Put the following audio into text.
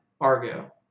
Argo